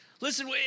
Listen